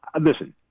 listen